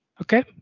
Okay